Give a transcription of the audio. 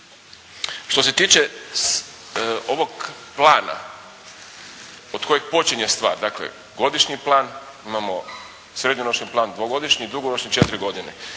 što se tiče ovog plana od kojeg počinje stvar. Dakle, godišnji plan. Imamo srednjoročni plan dvogodišnji i dugoročni četiri godine.